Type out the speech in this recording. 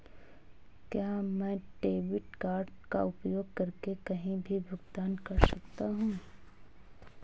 क्या मैं debit card का उपयोग करके कहीं भी भुगतान कर सकता हूं?